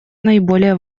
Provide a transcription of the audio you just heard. наиболее